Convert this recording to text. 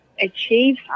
achieve